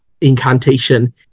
incantation